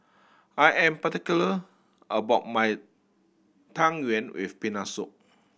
I am particular about my Tang Yuen with Peanut Soup